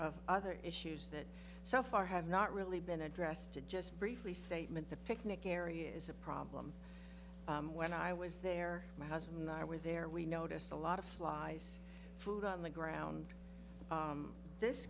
of other issues that so far have not really been addressed to just briefly statement the picnic area is a problem when i was there my husband and i were there we noticed a lot of flies food on the ground this